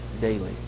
daily